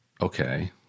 okay